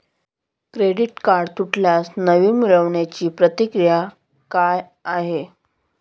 Credit card तुटल्यास नवीन मिळवण्याची प्रक्रिया काय आहे?